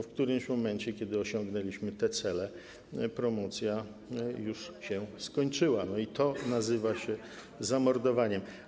W którymś momencie, kiedy osiągnęliśmy te cele, promocja już się skończyła i to nazywa się zamordowaniem.